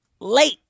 late